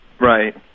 Right